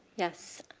yes.